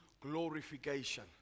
glorification